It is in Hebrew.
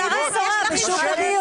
לשמוע דברי הבל בהקשר הזה.